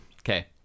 Okay